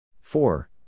Four